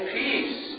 peace